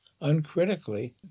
uncritically